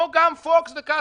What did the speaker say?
פה גם פוקס וקסטרו,